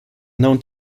known